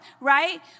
right